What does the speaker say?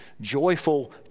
joyful